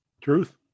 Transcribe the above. Truth